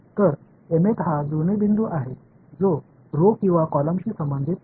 तर mth हा जुळणी बिंदू आहे जो रो किंवा कॉलमशी संबंधित आहे